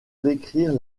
décrire